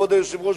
כבוד היושב-ראש,